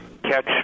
catch